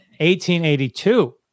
1882